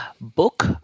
Book